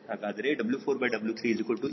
ಹಾಗಾದರೆ W4W3e 18000